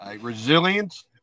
Resilience